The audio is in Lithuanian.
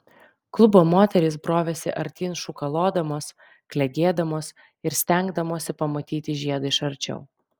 klubo moterys brovėsi artyn šūkalodamos klegėdamos ir stengdamosi pamatyti žiedą iš arčiau